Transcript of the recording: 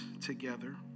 together